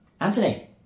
Anthony